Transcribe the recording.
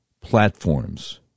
platforms